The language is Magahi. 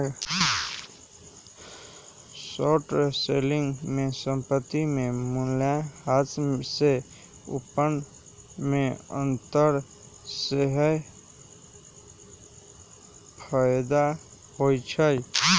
शॉर्ट सेलिंग में संपत्ति के मूल्यह्रास से उत्पन्न में अंतर सेहेय फयदा होइ छइ